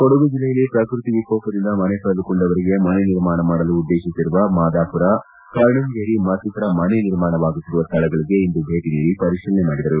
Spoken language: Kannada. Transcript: ಕೊಡಗು ಜಿಲ್ಲೆಯಲ್ಲಿ ಪ್ರಕೃತಿ ವಿಕೋಪದಿಂದ ಮನೆ ಕಳೆದುಕೊಂಡವರಿಗೆ ಮನೆ ನಿರ್ಮಾಣ ಮಾಡಲು ಉದ್ದೇಶಿಸಿರುವ ಮಾದಾಪುರ ಕರ್ಣಂಗೇರಿ ಮತ್ತಿತರ ಮನೆ ನಿರ್ಮಾಣವಾಗುತ್ತಿರುವ ಸ್ವಳಗಳಿಗೆ ಇಂದು ಭೇಟ ನೀಡಿ ಪರಿಶೀಲನೆ ಮಾಡಿದರು